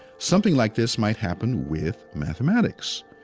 something like this might happen with mathematics.